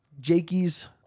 Jakey's